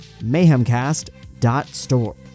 mayhemcast.store